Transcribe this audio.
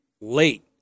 late